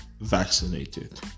vaccinated